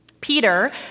Peter